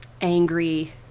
angry